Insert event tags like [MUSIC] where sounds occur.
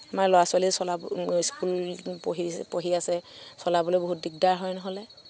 আমাৰ ল'ৰা ছোৱালীয়ে চলাব [UNINTELLIGIBLE] স্কুল পঢ়ি পঢ়ি আছে চলাবলৈ বহুত দিগদাৰ হয় নহ'লে